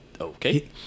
okay